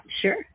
sure